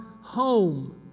home